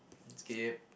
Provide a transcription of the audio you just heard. skip